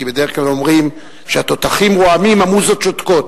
כי בדרך כלל אומרים: כשהתותחים רועמים המוזות שותקות,